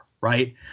right